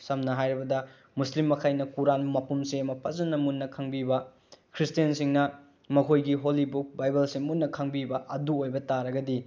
ꯁꯝꯅ ꯍꯥꯏꯔꯕꯗ ꯃꯨꯁꯂꯤꯝ ꯃꯈꯩꯅ ꯀꯨꯔꯥꯟ ꯃꯄꯨꯝꯁꯦ ꯃꯨꯟꯅ ꯐꯖꯅ ꯃꯨꯟꯅ ꯈꯪꯕꯤꯕ ꯈ꯭ꯔꯤꯁꯇꯦꯅꯁꯤꯡꯅ ꯃꯈꯣꯏꯒꯤ ꯍꯣꯂꯤ ꯕꯨꯛ ꯕꯥꯏꯕꯜꯁꯦ ꯃꯨꯟꯅ ꯈꯪꯕꯤꯕ ꯑꯗꯨ ꯑꯣꯏꯕ ꯇꯥꯔꯒꯗꯤ